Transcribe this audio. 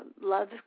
love